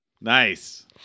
Nice